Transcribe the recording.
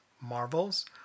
Marvels